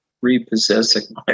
repossessing